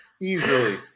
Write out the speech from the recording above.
easily